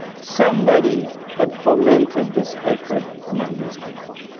somebody had fermented this hatred among this people.